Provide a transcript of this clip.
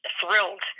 thrilled